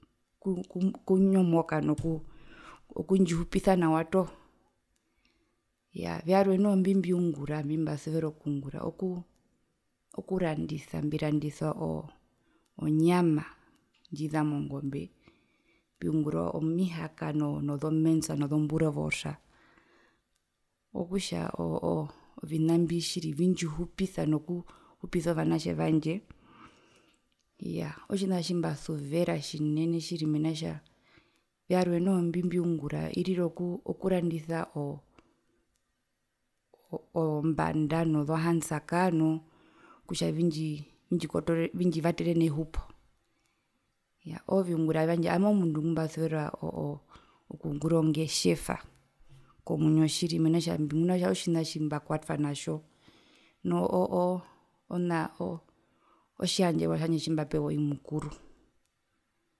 Ku ku kunyomoka nokundjihupisa nawa toho, iyaa vyarwe noho mbimbiungura mbimbasuvera okungura okuu okurandisa mbirandisa onyama ndjiza mongombe mbiungura oo omihaka nozo mince nozo boerewors okutja oo ovina mbi tjiri vindjihupisa nokuhupisa ovanatje vandje iyaa otjina tjimbasuvera tjinene tjiri mena rokutja, iyaa vyarwe noho mbi mbiungura irira okuu okurandisa oo oombanda nozo handsakaa noo kutja vindjii vindji vatere nehupo iya oo viungura vyandje owami mundu ngumbasuvera okungura ongetjeva komwinyotjiri mena kutja mbimuna kutja otjina tjimbakwatwa natjo nu oo oo ona otjiyandjewa tjandje tjimbapewa i mukuru.